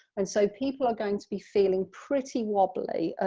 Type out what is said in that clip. and so people are going to be feeling pretty wobbly,